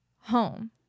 home